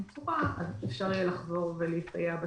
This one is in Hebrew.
אפשר יהיה לחזור ולהסתייע בשירות.